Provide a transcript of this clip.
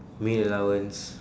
meal allowance